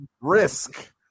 Risk